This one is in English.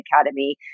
academy